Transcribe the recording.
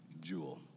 jewel